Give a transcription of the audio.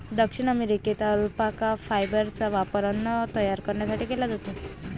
दक्षिण अमेरिकेत अल्पाका फायबरचा वापर अन्न तयार करण्यासाठी केला जातो